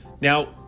Now